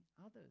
others